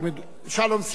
שלום.